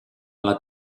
alla